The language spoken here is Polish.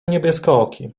niebieskooki